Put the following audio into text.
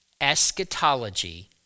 eschatology